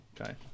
Okay